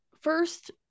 first